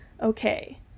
okay